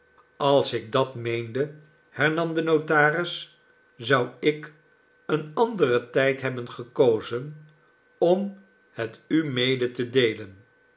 als ik dat meende hernam de notaris zou ik een anderen tijd hebben gekozen om het u mede te deelen